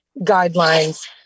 guidelines